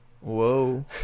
Whoa